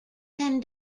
can